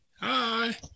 Hi